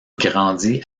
grandit